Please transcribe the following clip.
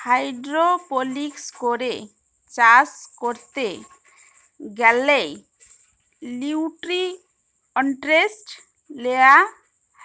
hydroponics করে চাষ ক্যরতে গ্যালে লিউট্রিয়েন্টস লেওয়া